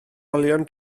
olion